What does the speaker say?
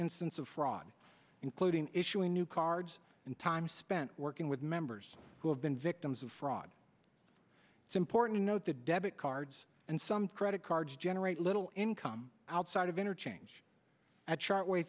instance of fraud including issuing new cards and time spent working with members who have been victims of fraud it's important to note that debit cards and some credit cards generate little income outside of interchange